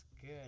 good